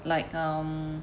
like um